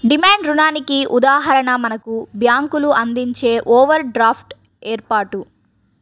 demand రుణానికి ఉదాహరణ మనకు బ్యేంకులు అందించే ఓవర్ డ్రాఫ్ట్ ఏర్పాటు